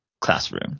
classroom